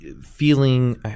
feeling